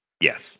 Yes